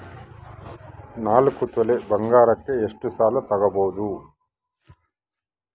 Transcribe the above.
ನಾಲ್ಕು ತೊಲಿ ಬಂಗಾರಕ್ಕೆ ಎಷ್ಟು ಸಾಲ ತಗಬೋದು?